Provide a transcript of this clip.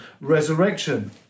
resurrection